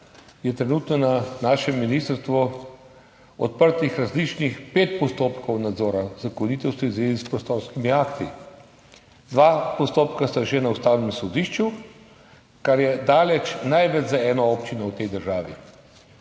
trenutno na našem ministrstvu odprtih pet različnih postopkov nadzora zakonitosti v zvezi s prostorskimi akti, dva postopka sta že na Ustavnem sodišču, kar je daleč največ za eno občino v tej državi.